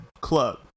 club